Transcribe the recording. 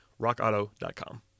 RockAuto.com